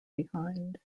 behind